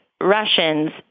Russians